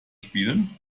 spielen